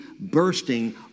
bursting